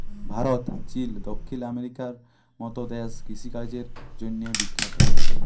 Bharat, Chile, দখ্খিল আমেরিকার মত দ্যাশ কিষিকাজের জ্যনহে বিখ্যাত